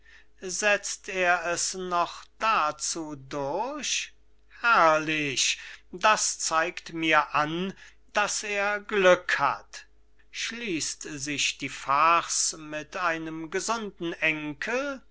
setzt er es noch dazu durch herrlich das zeigt mir an daß er glück hat schließt sich die farce mit einem gesunden